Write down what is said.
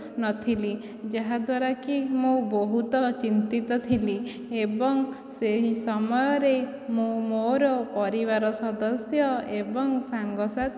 ନଥିଲି ଯାହାଦ୍ୱାରା କି ମୁଁ ବହୁତ ଚିନ୍ତିତ ଥିଲି ଏବଂ ସେହି ସମୟରେ ମୁଁ ମୋର ପରିବାର ସଦସ୍ୟ ଏବଂ ସାଙ୍ଗ ସାଥି